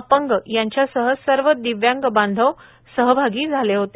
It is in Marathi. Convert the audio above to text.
अपंग यांच्यासह सर्व दिब्यांग बांधव सहभागी झाले होते